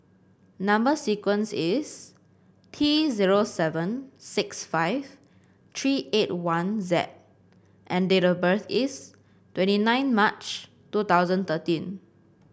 number sequence is T zero seven six five three eight one Z and date of birth is twenty nine March two thousand thirteen